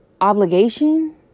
obligation